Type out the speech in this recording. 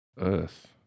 Earth